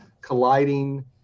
colliding